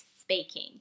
speaking